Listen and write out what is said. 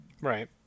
Right